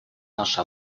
наши